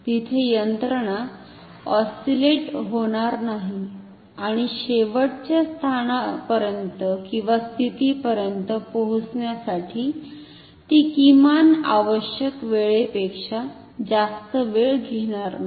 तिथे यंत्रणा ऑस्सिलेट होणार नाही आणि शेवटच्या स्थितीपर्यंत पोहोचण्यासाठी ति किमान आवश्यक वेळेपेक्षा जास्त वेळ घेणार नाही